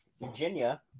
Virginia